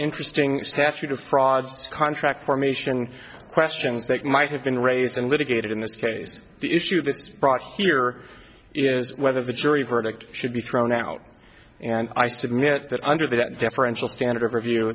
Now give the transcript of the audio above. interesting statute of frauds contract formation questions that might have been raised and litigated in this case the issue if it's brought here is whether the jury verdict should be thrown out and i submit that under that deferential standard of review